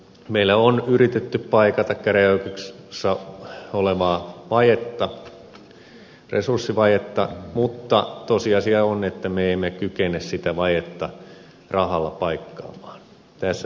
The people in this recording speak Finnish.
meillä on yritetty paikata käräjäoikeuksissa olevaa resurssivajetta mutta tosiasia on että me emme kykene sitä vajetta rahalla paikkaamaan tässä taloudellisessa tilanteessa